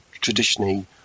traditionally